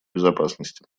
безопасности